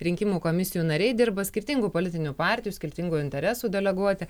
rinkimų komisijų nariai dirba skirtingų politinių partijų skirtingų interesų deleguoti